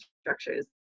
structures